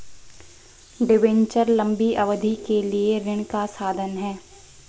debenture लंबी अवधि के लिए ऋण का साधन है